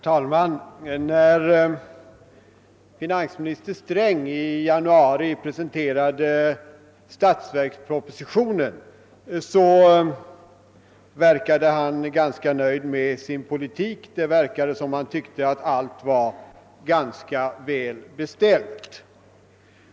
Herr talman! När finansminister Sträng i januari presenterade statsverkspropositionen föreföll han vara ganska nöjd med sin politik. Det verkade som om han tyckte att allt var ganska väl beställt.